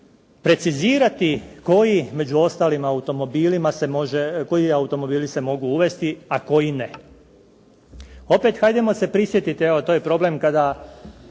se može, koji automobili se mogu uvesti, a koji ne.